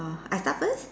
uh I start first